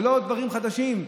אלה לא דברים חדשים.